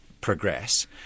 progress